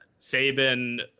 Saban